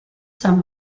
some